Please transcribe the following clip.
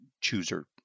chooser